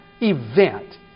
event